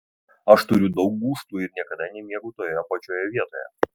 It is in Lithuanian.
aš turiu daug gūžtų ir niekada nemiegu toje pačioje vietoje